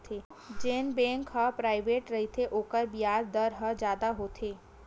जेन बेंक ह पराइवेंट रहिथे ओखर बियाज दर ह जादा होथे